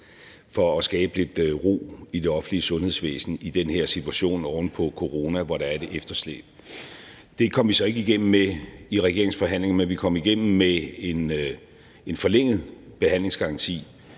for at skabe lidt ro i det offentlige sundhedsvæsen i den her situation oven på corona, hvor der er et efterslæb. Det kom vi så ikke igennem med i regeringsforhandlingerne, men vi kom igennem med en forlænget behandlingsgaranti